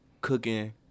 cooking